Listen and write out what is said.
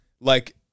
Like-